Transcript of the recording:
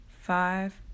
five